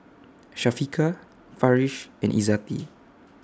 Syafiqah Farish and Izzati